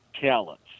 talents